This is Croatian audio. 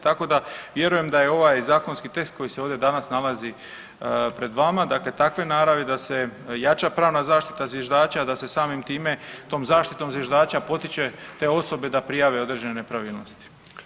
Tako da vjerujem da je ovaj zakonski tekst koji se ovdje danas nalazi pred vama dakle takve naravi da se jača pravna zaštita zviždača, da se samim time tom zaštitom zviždača potiče te osobe da prijave određene nepravilnosti.